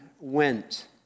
went